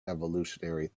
evolutionary